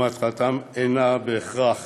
מטרתן אינה בהכרח